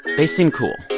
they seem cool.